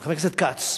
חבר הכנסת כץ,